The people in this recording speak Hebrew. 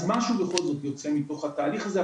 אז משהו בכל זאת יצא מתוך התהליך הזה.